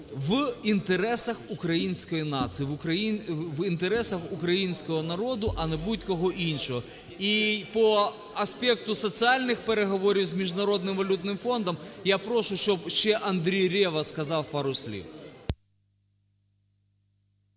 в інтересах української нації, в інтересах українського народу, а не будь-кого іншого. І по аспекту соціальних переговорів з Міжнародним валютним фондом я прошу, щоб ще Андрій Рева сказав пару слів.